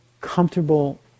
comfortable